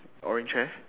orange hair